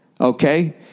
okay